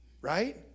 Right